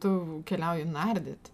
tu keliauji nardyti